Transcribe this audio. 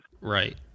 Right